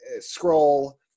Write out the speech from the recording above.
scroll